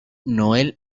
noel